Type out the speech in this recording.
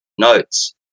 notes